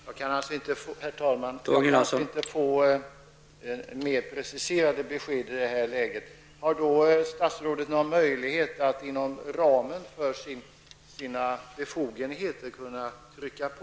Herr talman! Jag kan alltså inte få mer preciserade besked i det här läget. Har då statsrådet någon möjlighet att inom ramen för sina befogenheter trycka på?